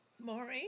Maureen